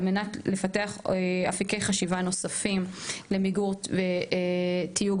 על מנת לפתח אפיקי חשיבה נוספים למיגור תיוג